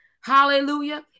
Hallelujah